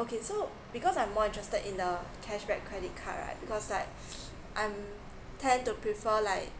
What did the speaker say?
okay so because I'm more interested in the cashback credit card right because like I'm tend to prefer like